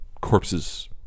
corpses